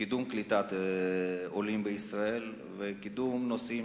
קידום קליטת עולים בישראל וקידום נושאים